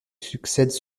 succèdent